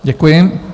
Děkuji.